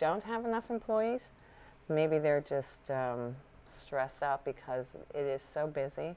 don't have enough employees maybe they're just stressed up because it is so busy